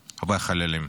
והחללים.